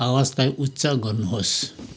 आवाजलाई उच्च गर्नुहोस्